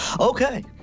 Okay